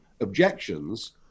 objections